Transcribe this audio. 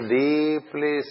deeply